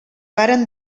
varen